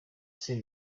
ese